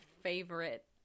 favorite